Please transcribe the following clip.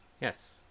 Yes